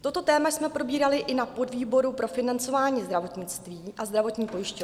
Toto téma jsme probírali i na podvýboru pro financování zdravotnictví a zdravotní pojišťovny.